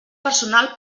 personal